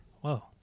Whoa